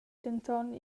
denton